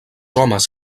homes